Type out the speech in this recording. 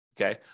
okay